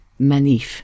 Manif